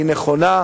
היא נכונה,